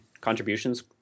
contributions